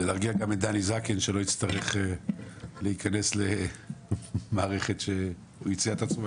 ולהרגיע גם את דני זקן שלא יצטרך להיכנס למערכת שהוא הציע את עצמו,